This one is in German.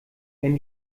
wenn